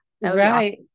Right